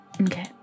Okay